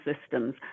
systems